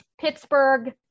Pittsburgh